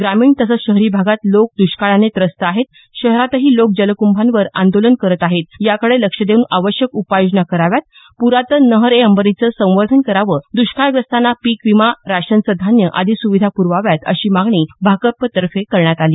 ग्रामीण तसंच शहरी भागात लोक दुष्काळाने त्रस्त आहेत शहरातही लोक जलकुंभांवर आंदोलन करत आहेत याकडे लक्ष देऊन आवश्यक उपाययोजना कराव्यात प्रातन नहर ए अंबरीचं संवर्धन करावं दुष्काळग्रस्तांना पीकविमा राशनचं धान्य आदी सुविधा पुरवाव्यात अशी मागणी भाकपतर्फे करण्यात आली